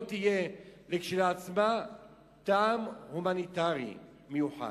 לא תהיה כשלעצמה טעם הומינטרי מיוחד.